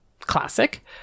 classic